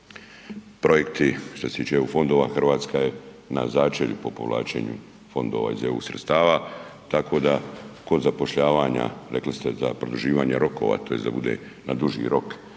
projekti što se tiče eu fondova Hrvatska je na začelju po povlačenju fondova iz eu sredstava, tako da kod zapošljavanja, rekli ste za produživanje rokova tj. da bude na duži rok